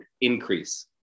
increase